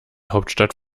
hauptstadt